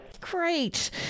Great